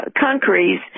countries